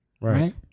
Right